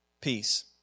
peace